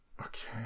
Okay